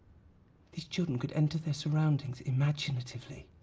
these children could enter their surroundings imaginatively.